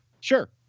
Sure